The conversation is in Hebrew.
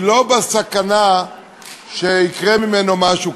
היא לא בסכנה שיקרה ממנו משהו,